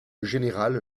général